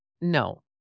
No